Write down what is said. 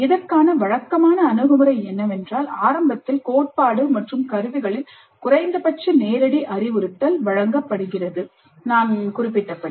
இதற்கான வழக்கமான அணுகுமுறை என்னவென்றால் ஆரம்பத்தில் கோட்பாடு மற்றும் கருவிகளின் குறைந்தபட்ச நேரடி அறிவுறுத்தல் வழங்கப்படுகிறது நான் குறிப்பிட்டபடி